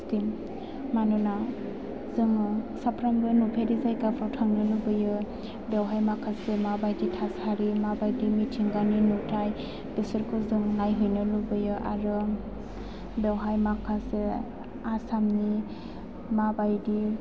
सिक्किम मानोना जोङो साफ्रोमबो नुफेरै जायगाफोराव थांनो लुबैयो बेवहाय माखासे मा बायदि थासारि मा बायदि मिथिंगानि नुथाय बेफोरखौ जों नायहैनो लुबैयो आरो बेवहाय माखासे आसामनि मा बायदि